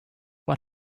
what